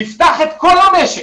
נפתח את כל המשק,